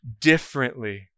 differently